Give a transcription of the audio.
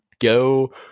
go